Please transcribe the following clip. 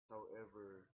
however